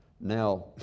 now